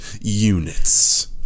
units